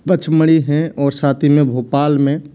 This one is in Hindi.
पचमणी है और साथ ही में भोपाल में